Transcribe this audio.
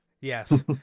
yes